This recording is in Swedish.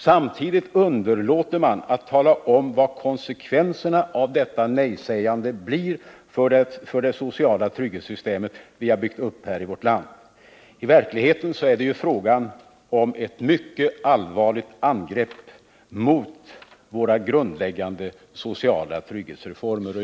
Samtidigt underlåter man att tala om vad konsekvenserna av detta nejsägande blir för det sociala trygghetssystem som vi har byggt upp i vårt land. I verkligheten är det fråga om ett mycket allvarligt angrepp på våra grundläggande sociala trygghetsreformer.